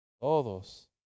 Todos